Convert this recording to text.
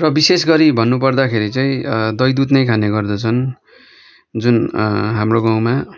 र विशेष गरी भन्नुपर्दाखेरि चाहिँ दही दुध नै खाने गर्दछन् जुन हाम्रो गाउँमा